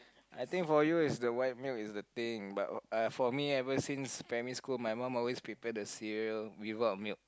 I think for you is the white milk is the thing but uh for me ever since primary school my mum always prepare the cereal without milk